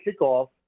kickoff